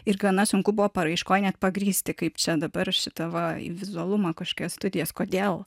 ir gana sunku buvo paraiškoj net pagrįsti kaip čia dabar šitą va į vizualumą kažkokias studijas kodėl